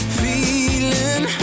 feeling